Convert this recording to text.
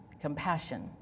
Compassion